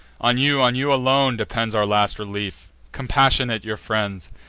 on you, on you alone, depends our last relief compassionate your friends!